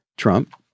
trump